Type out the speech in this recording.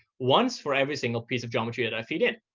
once for every single piece of geometry that i feed in.